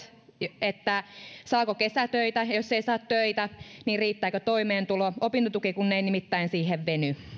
saako kesätöitä ja jos ei saa töitä niin riittääkö toimeentulo opintotuki kun ei nimittäin siihen veny